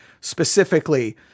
specifically